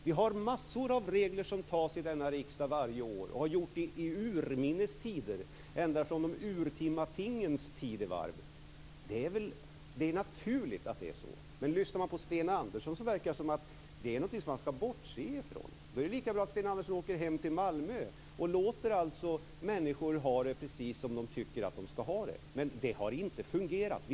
Det finns massor av regler som riksdagen antar varje år, och riksdagen har gjort det i urminnes tider ändå från de urtima tingens tidevarv. Det är naturligt att det är så. Men på Sten Andersson verkar det som om att man skall bortse från detta. Då är det lika bra att Sten Andersson åker hem till Malmö och låter människor ha det precis som de vill. Det har inte fungerat.